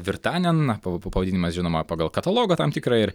virtanen na pa pavadinimas žinoma pagal katalogą tam tikrą ir